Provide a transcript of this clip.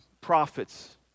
prophets